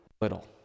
little